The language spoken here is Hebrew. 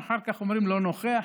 ואחר כך אומרים: לא נוכח,